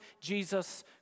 Jesus